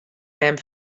mem